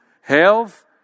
health